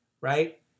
right